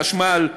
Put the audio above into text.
חשמל,